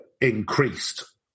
Increased